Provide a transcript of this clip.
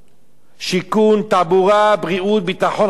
שיכון, תעבורה, בריאות, ביטחון חברתי.